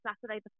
saturday